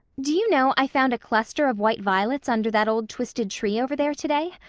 do you know, i found a cluster of white violets under that old twisted tree over there today?